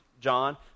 John